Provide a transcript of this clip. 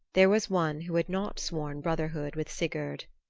there was one who had not sworn brotherhood with sigurd.